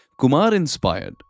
Kumar-inspired